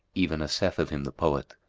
even as saith of him the poet,